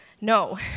No